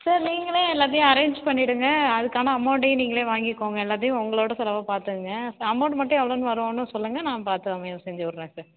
sir நீங்களே எல்லாத்தையும் arrange பண்ணிவிடுங்க அதுக்கான அமௌண்டையும் நீங்களே வாங்கிக்கோங்க எல்லாத்தையும் உங்களோட செலவாக பார்த்துக்குங்க அமௌண்ட் மட்டும் எவ்வளோ வரும்னு சொல்லுங்கள் நான் பார்த்து அங்கிருந்து அங்கிருந்து செஞ்சு விட்றேன் சார்